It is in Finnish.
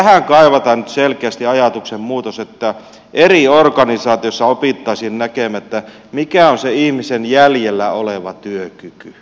tähän kaivataan nyt selkeästi ajatuksenmuutos niin että eri organisaatioissa opittaisiin näkemään mikä on se ihmisen jäljellä oleva työkyky